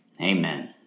amen